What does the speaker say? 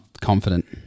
confident